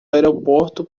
aeroporto